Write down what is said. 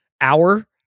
hour